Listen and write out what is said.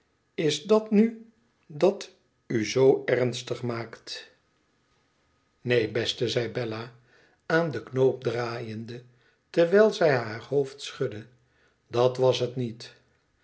is het dat nu dat u zoo ernstig maakt neen beste zeibellaaan den knoop draaiende terwijl zij haar hoofd schudde dat was het niet